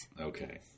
okay